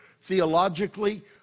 theologically